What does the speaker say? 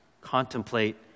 contemplate